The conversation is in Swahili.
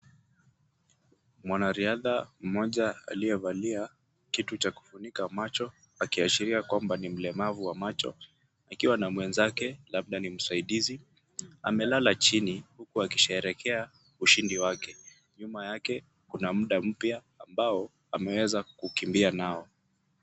Mwanariadha mmoja aliyevalia kitu cha kufunika macho, akiashilia kwamba ni mlemavu wa macho, akiwa na mwenzake labda ni msaidizi, amelala chini huku akisheherekea ushindi wake. Nyuma yake kuna mda mpya ambao ameweza kuukimbia nao.